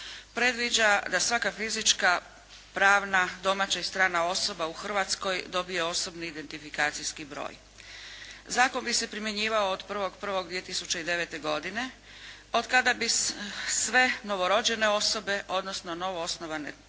predviđa da svaka fizička, pravna, domaća i strana osoba u Hrvatskoj dobije osobni identifikacijski broj. Zakon bi se primjenjivao od 1.1.2009. godine od kada bi sve novorođene osobe, odnosno novoosnovane pravne